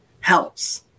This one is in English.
helps